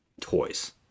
toys